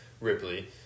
Ripley